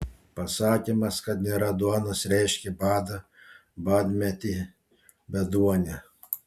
pasakymas kad nėra duonos reiškė badą badmetį beduonę